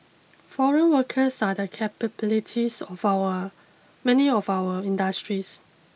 foreign workers are the capabilities of our many of our industries